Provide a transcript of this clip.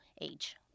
age